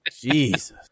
Jesus